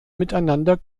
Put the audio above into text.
miteinander